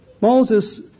Moses